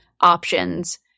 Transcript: options